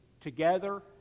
together